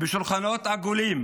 בשולחנות עגולים